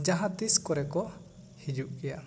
ᱡᱟᱦᱟᱸ ᱛᱤᱥ ᱠᱚᱨᱮ ᱠᱚ ᱦᱤᱹᱡᱩᱜ ᱜᱮᱭᱟ